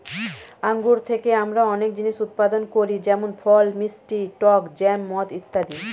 আঙ্গুর থেকে আমরা অনেক জিনিস উৎপাদন করি যেমন ফল, মিষ্টি, টক জ্যাম, মদ ইত্যাদি